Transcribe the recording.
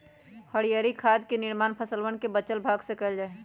हरीयर खाद के निर्माण फसलवन के बचल भाग से कइल जा हई